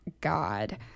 god